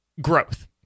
growth